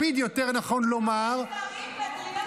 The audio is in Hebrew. התשפ"ד 2024, לקריאה ראשונה.